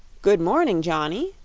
good morning, johnny,